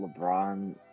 lebron